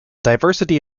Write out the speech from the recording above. diversity